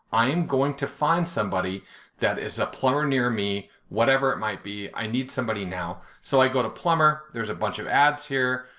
um going to find somebody that is a plumber near me, whatever it might be. i need somebody now. so, i go to plumber, there's a bunch of ads here,